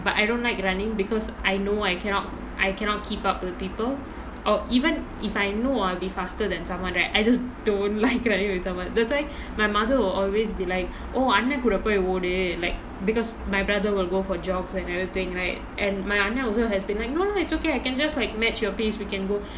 but I don't like running because I know I cannot I cannot keep up with people or even if I know I'll be faster thaan someone right I just don't like running with someone that's why my mother will always be like oh அண்னே கூட போய் ஓடு:annae kooda poyi odu like because my brother will go for jogs and everything right and my அண்ணா:annaa also has been like no no it's okay I can just like match your pace we can go